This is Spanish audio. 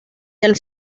del